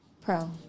Pro